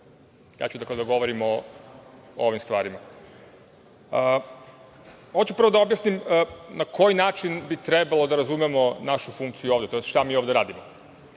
Ja ću da govorim o ovim stvarima. Hoću prvo da objasnim na koji način bi trebalo da razumemo našu funkciju ovde, tj. šta mi ovde radimo.